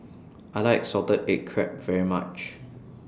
I like Salted Egg Crab very much